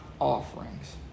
offerings